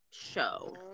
Show